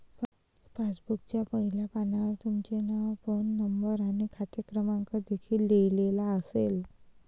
पासबुकच्या पहिल्या पानावर तुमचे नाव, फोन नंबर आणि खाते क्रमांक देखील लिहिलेला असेल